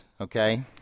Okay